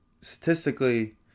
statistically